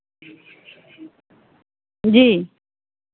जी